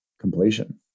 completion